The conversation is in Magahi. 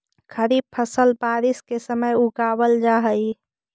खरीफ फसल बारिश के समय उगावल जा हइ